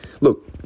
Look